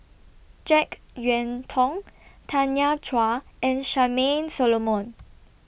Jek Yeun Thong Tanya Chua and Charmaine Solomon